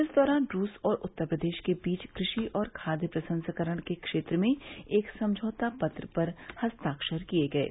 इस दौरान रूस और उत्तर प्रदेश के बीच कृषि और खाद्य प्रसंस्करण के क्षेत्र में एक समझौता पत्र पर हस्ताक्षर किये गये